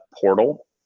portal